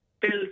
built